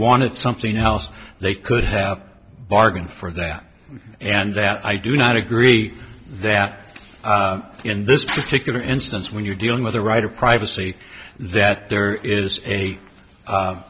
wanted something else they could have bargained for that and that i do not agree that in this particular instance when you're dealing with a right of privacy that there is a